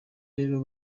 rero